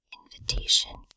invitation